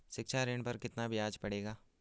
शिक्षा ऋण पर कितना ब्याज पड़ेगा?